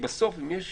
בסוף אם יש